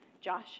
Josh